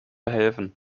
helfen